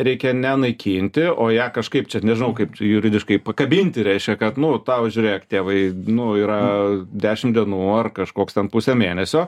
reikia ne naikinti o ją kažkaip čia nežinau kaip juridiškai pakabinti reiškia kad nu tau žiūrėk tėvai nu yra dešimt dienų ar kažkoks ten pusę mėnesio